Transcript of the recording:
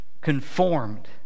conformed